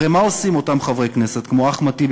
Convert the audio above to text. הרי מה עושים אותם חברי כנסת כמו אחמד טיבי